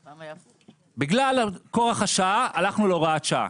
בגלל כוח השעה הלכנו להוראת שעה.